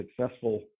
successful